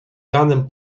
ranem